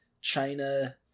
China